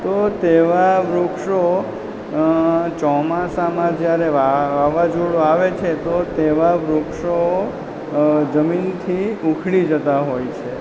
તો તેવા વૃક્ષો ચોમાસામાં જ્યારે વાવાઝોડું આવે છે તો તેવા વૃક્ષો જમીનથી ઊખડી જતાં હોય છે